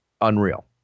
unreal